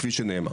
כפי שנאמר.